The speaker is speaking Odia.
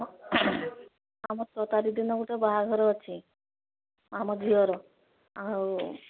ହଁ ଆମର୍ ଛଅ ତାରିଖ୍ ଦିନ ଗୁଟେ ବାହାଘର ଅଛି ଆମ ଝିଅର ଆଉ